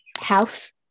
health